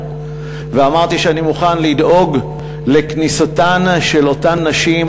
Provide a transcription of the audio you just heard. ואמרתי שאני מוכן לדאוג לכניסתן של אותן נשים,